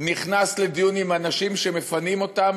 נכנס לדיון עם אנשים שמפנים אותם